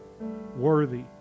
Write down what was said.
worthy